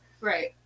right